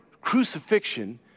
crucifixion